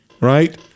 Right